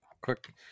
quick